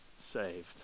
saved